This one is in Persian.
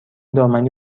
دامنی